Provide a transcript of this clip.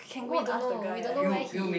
we don't know we don't know where he is